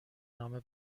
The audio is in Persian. نامه